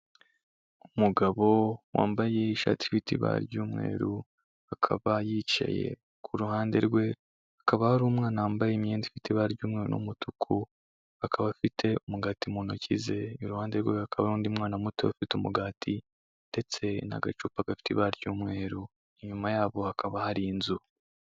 Umugabo wambaye ishati ifite ibara ry'umweru, akaba yicaye, ku ruhande rwe, hakaba hari umwana wambaye imyenda ifite ibara ry'umweru n'umutuku, akaba afite umugati mu ntoki ze, iruhande rwe hakaba undi mwana muto ufite umugati ndetse n'agacupa gafite ibara ry'umweru, inyuma yabo hakaba hari inzu.